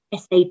SAP